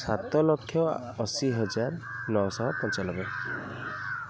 ସାତ ଲକ୍ଷ ଅଶୀ ହଜାର ନଅଶହ ପଞ୍ଚାଲବେ